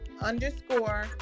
underscore